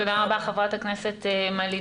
תודה רבה, חברת הכנסת מלינובסקי.